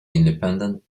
independent